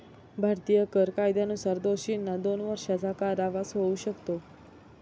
भारतीय कर कायद्यानुसार दोषींना दोन वर्षांचा कारावास होऊ शकतो